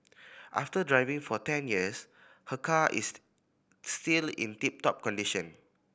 after driving for ten years her car is still in tip top condition